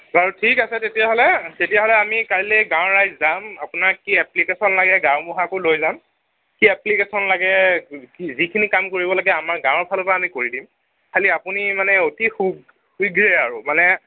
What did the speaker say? বাৰু ঠিক আছে তেতিয়াহ'লে তেতিয়াহ'লে আমি কাইলৈ গাঁৱৰ ৰাইজ যাম আপোনাক কি এপ্লিকেছন লাগে গাঁওবুঢ়াকো লৈ যাম কি এপ্লিকেছন লাগে যিখিনি কাম কৰিব লাগে আমাৰ গাঁৱৰ ফালৰ পৰা আমি কৰি দিম খালী আপুনি মানে অতি শীঘ্ৰে আৰু মানে